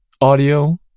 audio